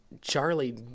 Charlie